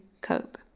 cope